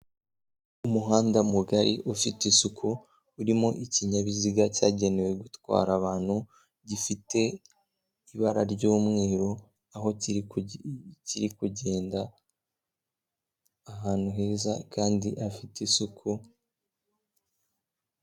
Umuhanda mugari ufite isuku urimo ikinyabiziga cyagenewe gutwara abantu, gifite ibara ry'umweru aho kiri kugenda ahantu heza kandi hafite isuku.